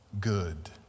good